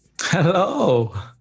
Hello